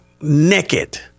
Naked